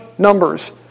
Numbers